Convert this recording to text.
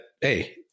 hey